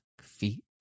feet